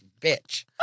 bitch